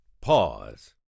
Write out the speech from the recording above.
pause